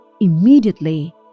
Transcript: immediately